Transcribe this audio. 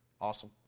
awesome